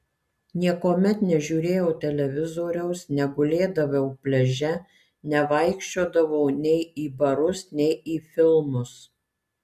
niekuomet nežiūrėjau televizoriaus negulėdavau pliaže nevaikščiodavau nei į barus nei į filmus